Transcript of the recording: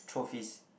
trophies